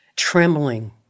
Trembling